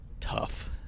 tough